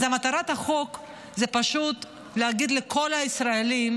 אז מטרת החוק היא פשוט להגיד לכל הישראלים